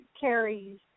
carries